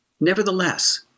Nevertheless